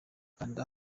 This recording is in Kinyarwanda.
kanda